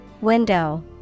Window